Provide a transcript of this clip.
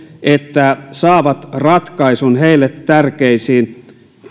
että he saavat ratkaisun heille tärkeisiin